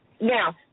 Now